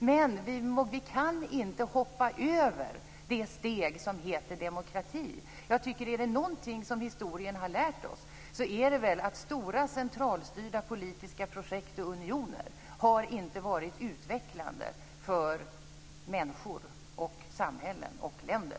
Men vi kan inte hoppa över det steg som heter demokrati. Jag tycker att om det är någonting som historien har lärt oss, så är det väl att stora centralstyrda politiska projekt och unioner inte har varit utvecklande för människor, samhällen och länder.